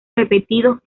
repetidos